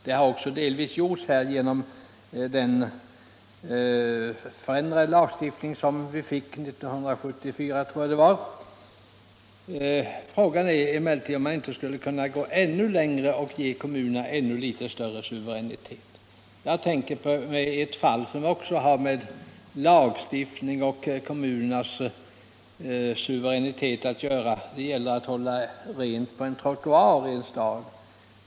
Delvis har detta också skett genom den ändrade lagstiftningen 1974. Men frågan är om man inte skulle gå ännu längre och ge kommunerna litet större suveränitet. Jag tänker här på ett fall som har med lagstiftningen och med kommunernas suveränitet att göra. Det gäller trottoarrenhållningen i en stad.